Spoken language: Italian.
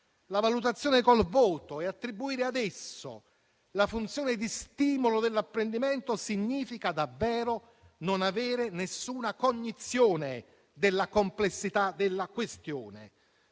la valutazione col voto e attribuire ad esso la funzione di stimolo dell'apprendimento significa davvero non avere alcuna cognizione della complessità della questione.